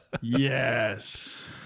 Yes